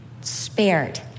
spared